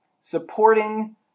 supporting